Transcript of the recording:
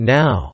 now